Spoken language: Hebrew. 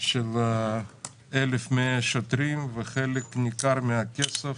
של 1,100 שוטרים, וחלק ניכר מהכסף